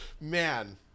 Man